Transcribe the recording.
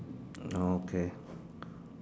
okay